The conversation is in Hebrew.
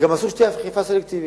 וגם אסור שתהיה אכיפה סלקטיבית.